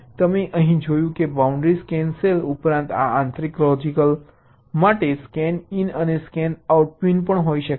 તમે અહીં જોયું કે બાઉન્ડ્રી સ્કેન સેલ ઉપરાંત આ આંતરિક લોજીક માટે સ્કેન ઇન અને સ્કેન આઉટ પિન પણ હોઈ શકે છે